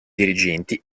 dirigenti